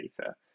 data